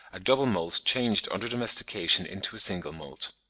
a double moult changed under domestication into a single moult.